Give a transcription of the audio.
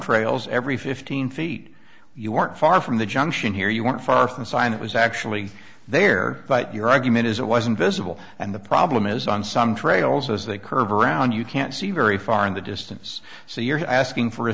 trails every fifteen feet you weren't far from the junction here you want far from a sign it was actually there but your argument is it was invisible and the problem is on some train also as they curve around you can't see very far in the distance so you're asking for a